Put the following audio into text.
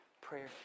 prayer